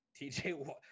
tj